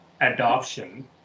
adoption